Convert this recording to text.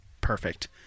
perfect